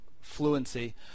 fluency